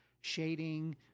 shading